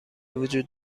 وجود